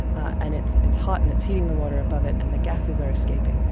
and it's it's hot and it's heating the water above it, and the gases are escaping.